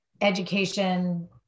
education